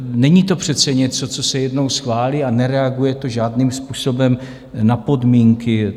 Není to přece něco, co se jednou schválí, a nereaguje to žádným způsobem na podmínky.